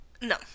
No